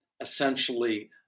essentially